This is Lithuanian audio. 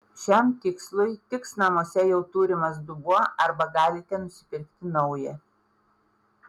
šiam tikslui tiks namuose jau turimas dubuo arba galite nusipirkti naują